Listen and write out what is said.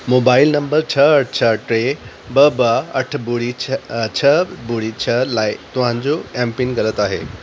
mobile number छह अठ छह टे ॿ ॿ अठ ॿुड़ी छह अ ॿुड़ी छह लाइ तव्हां जो एम पिन ग़लति आहे